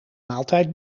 maaltijd